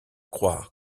croire